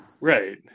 Right